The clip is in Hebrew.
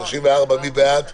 הסתייגות מס' 14. מי בעד ההסתייגות?